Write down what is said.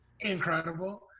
incredible